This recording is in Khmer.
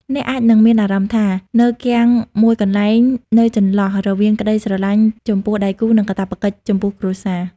អ្នកអាចនឹងមានអារម្មណ៍ថា នៅគាំងមួយកន្លែងនៅចន្លោះរវាងក្តីស្រឡាញ់ចំពោះដៃគូ និងកាតព្វកិច្ចចំពោះគ្រួសារ។